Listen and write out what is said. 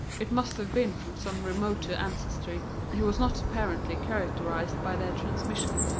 it must have been from some remoter ancestry he was not apparently characterised by their transmission,